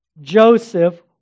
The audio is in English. Joseph